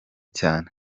cyane